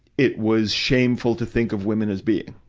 it was shameful to think of women as being.